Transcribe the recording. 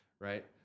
right